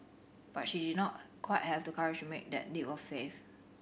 but she did not quite have the courage to make that leap of faith